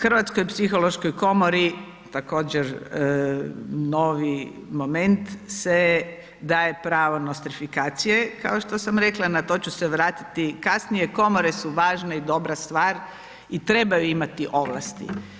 Hrvatskoj psihološkoj potrebi također novi moment se daje pravo nostrifikacije kao što sam rekla, na to ću se vratiti kasnije, komore su važna i dobra stvar i trebaju imati ovlasti.